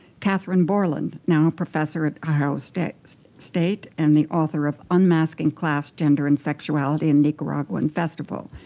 catherine borland, now a professor at ohio state state and the author of unmasking class, gender, and sexuality in nicaraguan festival.